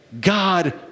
God